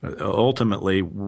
ultimately